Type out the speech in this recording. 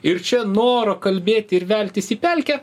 ir čia noro kalbėti ir veltis į pelkę